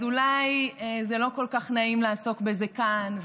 אז אולי זה לא כל כך נעים לעסוק בזה כאן,